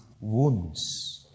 wounds